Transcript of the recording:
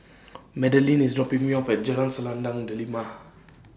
Madelynn IS dropping Me off At Jalan Selendang Delima